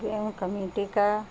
community کا